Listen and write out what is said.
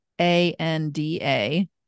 A-N-D-A